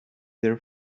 their